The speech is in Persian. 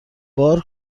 بار